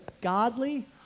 godly